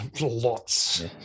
lots